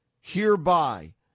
hereby